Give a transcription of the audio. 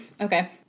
Okay